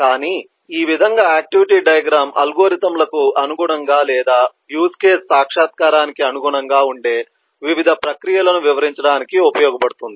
కానీ ఈ విధంగా ఆక్టివిటీ డయాగ్రమ్ అల్గోరిథంలకు అనుగుణంగా లేదా యూజ్ కేసు సాక్షాత్కారానికి అనుగుణంగా ఉండే వివిధ ప్రక్రియలను వివరించడానికి ఉపయోగించబడుతుంది